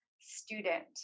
student